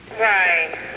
Right